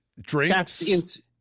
Drinks